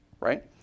right